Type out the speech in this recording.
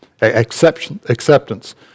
acceptance